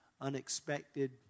unexpected